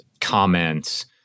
comments